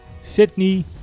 Sydney